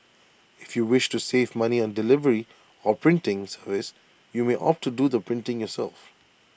if you wish to save money on delivery or printing service you may opt to do the printing yourself